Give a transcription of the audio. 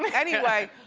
but anyway,